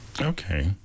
Okay